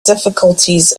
difficulties